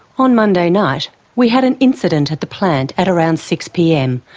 on monday night we had an incident at the plant at around six pm,